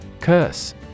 Curse